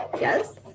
yes